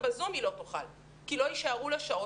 ב-זום היא לא תוכל כי לא יישארו לה שעות.